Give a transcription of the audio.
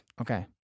Okay